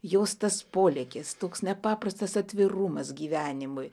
jos tas polėkis toks nepaprastas atvirumas gyvenimui